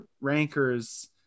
rankers